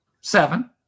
seven